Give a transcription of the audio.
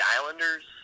Islanders